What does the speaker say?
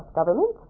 government.